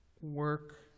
work